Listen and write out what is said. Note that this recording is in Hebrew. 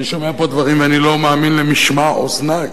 אני שומע פה דברים ואני לא מאמין למשמע אוזני.